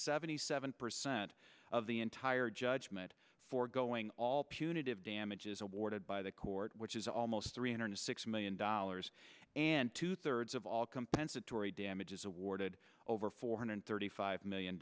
seventy seven percent of the entire judgment for going all punitive damages awarded by the court which is almost three hundred six million dollars and two thirds of all compensatory damages awarded over four hundred thirty five million